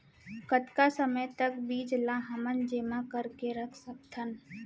कतका समय तक बीज ला हमन जेमा करके रख सकथन?